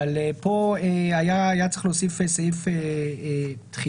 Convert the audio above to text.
אבל פה היה צריך להוסיף סעיף תחילה.